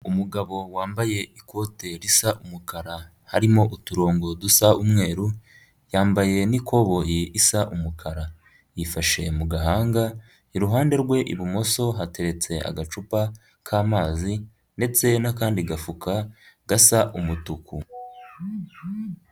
Umugabo wambaye ikote risa umukara, harimo uturongo dusa umweru, yambaye n'ikoboyi isa umukara, yifashe mu gahanga, iruhande rwe ibumoso hateretse agacupa k'amazi ndetse n'akandi gafuka, gasa umutuku.